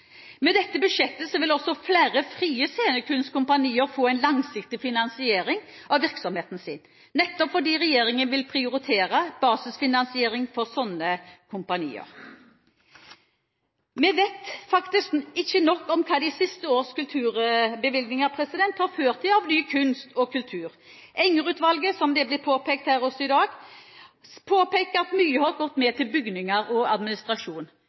Med dette budsjettet vil også flere frie scenekunstkompanier få en langsiktig finansiering av virksomheten sin, nettopp fordi regjeringen vil prioritere basisfinansiering for slike kompanier. Vi vet faktisk ikke nok om hva de siste års kulturbevilgninger har ført til av ny kunst og kultur. Enger-utvalget, som det ble nevnt her også i dag, påpeker at mye har gått med til bygninger og administrasjon.